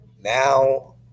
now